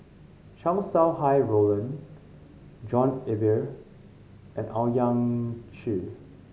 Chow Sau Hai Roland John Eber and Owyang Chi